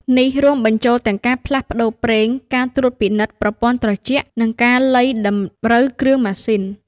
នេះរួមបញ្ចូលទាំងការផ្លាស់ប្តូរប្រេង ការត្រួតពិនិត្យប្រព័ន្ធត្រជាក់ និងការលៃតម្រូវគ្រឿងម៉ាស៊ីន។